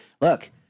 Look